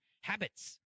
habits